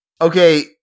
Okay